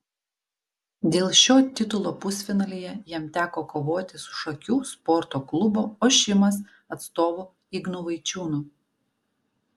dėl šio titulo pusfinalyje jam teko kovoti su šakių sporto klubo ošimas atstovu ignu vaičiūnu